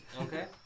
okay